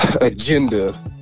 agenda